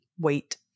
wait